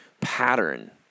pattern